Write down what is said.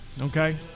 Okay